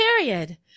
period